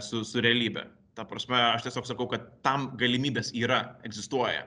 su su realybe ta prasme aš tiesiog sakau kad tam galimybės yra egzistuoja